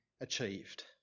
achieved